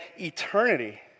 eternity